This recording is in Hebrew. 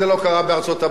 זה לא קרה בארצות-הברית,